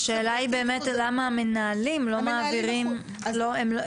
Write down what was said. השאלה היא למה המנהלים לא מעבירים את הדברים?